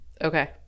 okay